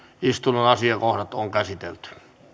istunnon asiakohdat on käsitelty